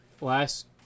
last